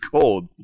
cold